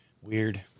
Weird